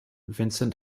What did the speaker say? vincent